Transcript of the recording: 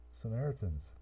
Samaritans